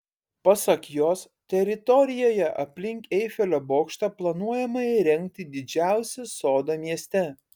pasak jos teritorijoje aplink eifelio bokštą planuojama įrengti didžiausią sodą mieste